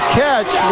catch